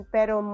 Pero